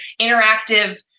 interactive